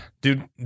Dude